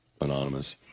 Anonymous